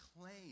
claim